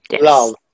love